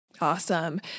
Awesome